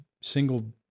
single